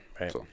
Right